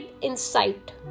Insight